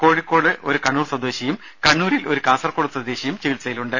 കോഴിക്കോട് ഒരു കണ്ണൂർ സ്വദേശിയും കണ്ണൂരിൽ ഒരു കാസർകോട് സ്വദേശിയും ചികിത്സയിലുണ്ട്